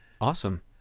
Awesome